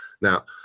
Now